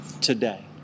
today